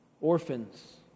Orphans